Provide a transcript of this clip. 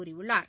கூறியுள்ளார்